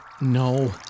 No